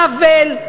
עוול.